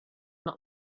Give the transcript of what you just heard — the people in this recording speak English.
not